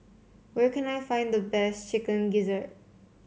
where can I find the best Chicken Gizzard